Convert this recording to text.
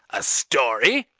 a story!